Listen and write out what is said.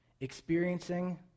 Experiencing